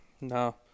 no